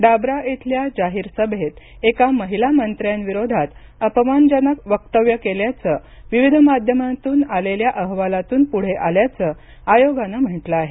डाबरा इथल्या जाहीर सभेत एका महिला मंत्र्यांविरोधात अपमान जनक वक्तव्य केल्याचं विविध माध्यमांतून आलेल्या अहवालातून पुढे आल्याचं आयोगानं म्हटलं आहे